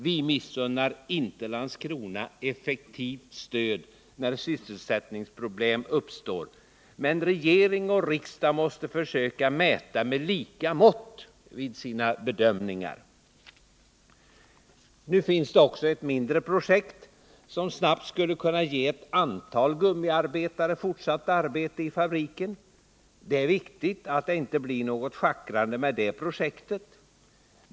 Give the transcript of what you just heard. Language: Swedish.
Vi missunnar inte Landskrona effektivt stöd när sysselsättningsproblem uppstår. Men regering och riksdag måste försöka mäta med lika mått vid sina bedömningar. Nu finns det också ett mindre projekt, som snabbt skulle kunna ge ett antal gummiarbetare fortsatt arbete i fabriken. Det är viktigt att det inte blir något schackrande med det projektet.